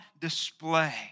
display